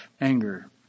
Anger